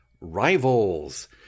rivals